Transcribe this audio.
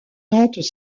nantes